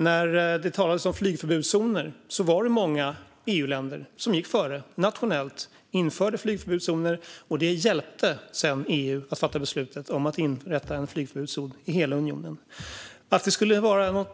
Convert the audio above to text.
När det talades om flygförbudszoner var det många EU-länder som gick före och införde flygförbudszoner nationellt. Detta hjälpte sedan EU att fatta beslutet om att inrätta en flygförbudszon i hela unionen. Att det